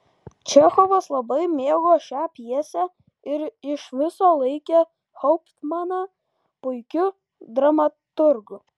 čechovas labai mėgo šią pjesę ir iš viso laikė hauptmaną puikiu dramaturgu